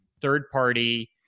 third-party